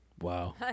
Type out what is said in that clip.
Wow